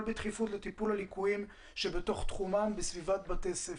בדחיפות לטיפול הליקויים שבתוך תחומם בסביבת בתי הספר.